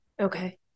okay